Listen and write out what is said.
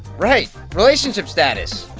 right. relationship status,